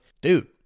dude